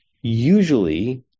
Usually